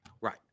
Right